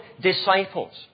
disciples